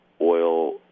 oil